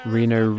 Reno